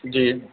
जी